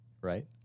right